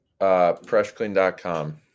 Pressclean.com